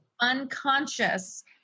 unconscious